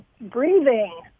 breathing